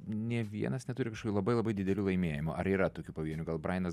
nė vienas neturi kažkokių labai labai didelių laimėjimų ar yra tokių pavienių gal braianas